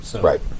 Right